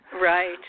Right